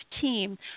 team